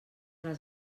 les